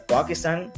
Pakistan